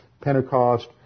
Pentecost